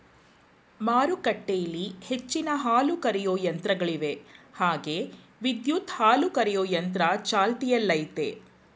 ಮಾರುಕಟ್ಟೆಲಿ ಹೆಚ್ಚಿನ ಹಾಲುಕರೆಯೋ ಯಂತ್ರಗಳಿವೆ ಹಾಗೆ ವಿದ್ಯುತ್ ಹಾಲುಕರೆಯೊ ಯಂತ್ರ ಚಾಲ್ತಿಯಲ್ಲಯ್ತೆ